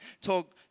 talk